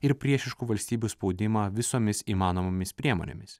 ir priešiškų valstybių spaudimą visomis įmanomomis priemonėmis